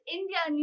India